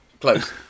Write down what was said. Close